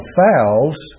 fowls